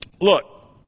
look